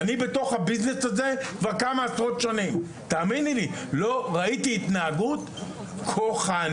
אני בעסק הזה כבר כמה עשרות שנים ולא ראיתי התנהגות כוחנית,